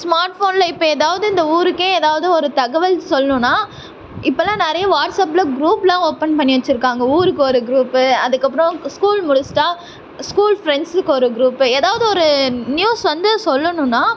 smart ஃபோனில் இப்போ ஏதாவது இந்த ஊருக்கே ஏதாவது ஒரு தகவல் சொல்லணுன்னா இப்பெல்லாம் நிறைய வாட்ஸப்பில் க்ரூப் எல்லாம் ஓப்பன் பண்ணி வச்சிருக்காங்க ஊருக்கு ஒரு க்ரூப்பு அதுக்கப்புறோம் ஸ்கூல் முடிச்சிவிட்டா ஸ்கூல் ஃப்ரெண்ட்ஸுக்கு ஒரு க்ரூப்பு ஏதாவது ஒரு நியூஸ் வந்து சொல்லணுன்னா